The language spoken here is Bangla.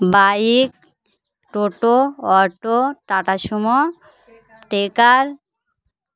বাইক টোটো অটো টাটা সুমো ট্রেকার